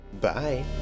Bye